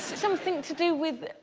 something to do with